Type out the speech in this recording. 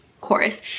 chorus